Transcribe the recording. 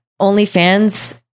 OnlyFans